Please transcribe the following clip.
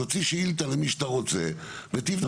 תוציא שאילתה למי שאתה רוצה ותבדוק.